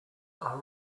are